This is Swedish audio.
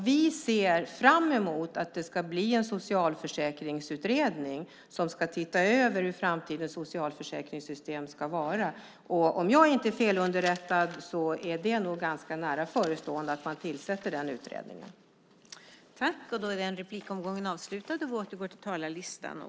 Vi ser fram emot en socialförsäkringsutredning som tittar över hur framtidens socialförsäkringssystem ska vara. Om jag inte är felunderrättad är det nog ganska nära förestående att en sådan utredning tillsätts.